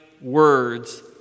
words